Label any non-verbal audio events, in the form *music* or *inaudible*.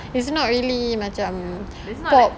it's not really macam *noise*